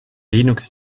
linux